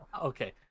okay